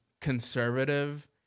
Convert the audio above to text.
conservative